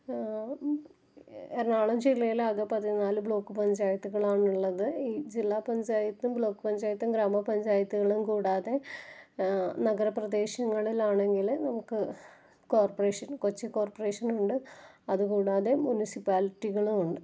എറണകുളം ജില്ലയിൽ ആകെ പതിനാല് ബ്ലോക്ക് പഞ്ചായത്തുകളാണുള്ളത് ഈ ജില്ലാ പഞ്ചായത്തും ബ്ലോക്ക് പഞ്ചായത്തും ഗ്രാമ പഞ്ചായത്തുകളും കൂടാതെ നഗര പ്രദേശങ്ങളിലാണെങ്കിൽ നമുക്ക് കോര്പ്പറേഷന് കൊച്ചി കോര്പ്പറേഷനുണ്ട് അതുകൂടാതെ മുനിസിപ്പാലിറ്റികളുണ്ട്